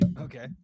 okay